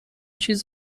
چیز